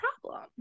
problem